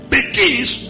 Begins